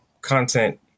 content